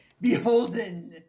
beholden